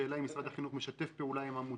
השאלה היא אם משרד החינוך משתף פעולה עם העמותות,